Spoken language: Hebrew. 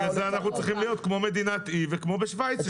לכן אנחנו צריכים להיות כמו מדינת אי וכמו בשוויץ.